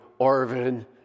Arvin